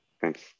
Thanks